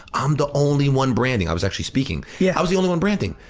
i'm the only one branding, i was actually speaking. yeah i was the only one branding.